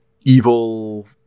evil